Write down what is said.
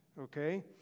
okay